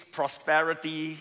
prosperity